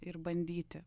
ir bandyti